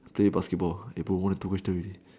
play basketball eh bro one two questions already